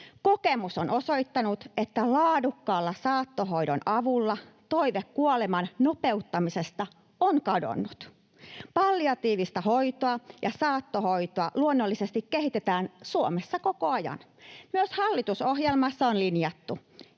Kokemus on osoittanut, että laadukkaan saattohoidon avulla toive kuoleman nopeuttamisesta on kadonnut. Palliatiivista hoitoa ja saattohoitoa luonnollisesti kehitetään Suomessa koko ajan. Myös hallitusohjelmassa on linjattu